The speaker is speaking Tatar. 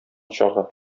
чагы